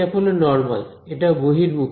হল নরমাল এটা বহির্মুখী